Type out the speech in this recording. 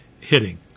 hitting